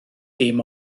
dim